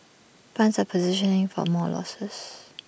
funds are positioning for more losses